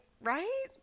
right